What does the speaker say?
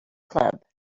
club